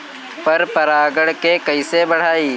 पर परा गण के कईसे बढ़ाई?